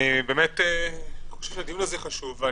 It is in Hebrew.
אני באמת חושב שהדיון הזה חשוב.